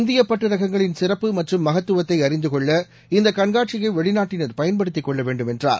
இந்திய பட்டு ரகங்களின் சிறப்பு மற்றும் மகத்துவத்தை அறிந்து கொள்ள இந்த கண்காட்சியை வெளிநாட்டினர் பயன்படுத்திக் கொள்ள வேண்டும் என்றார்